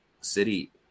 city